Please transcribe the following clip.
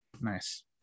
Nice